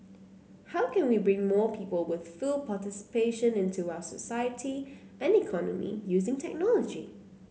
how can we bring more people with full participation into our society and economy using technology